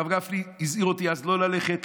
הרב גפני הזהיר אותי אז לא ללכת,